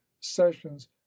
sessions